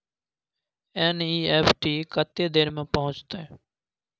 NEFT कत्ते देर में पहुंचतै?